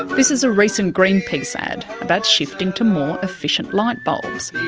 this is a recent greenpeace ad about shifting to more efficient light bulbs,